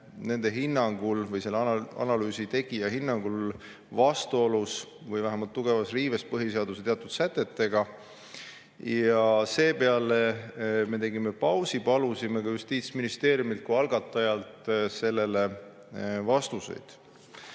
nende hinnangul või selle analüüsi tegija hinnangul vastuolus või vähemalt tugevas riives põhiseaduse teatud sätetega. Seepeale me tegime pausi, palusime ka Justiitsministeeriumilt kui algatajalt sellele vastuseid.